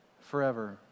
forever